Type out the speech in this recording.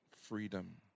freedom